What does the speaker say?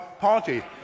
party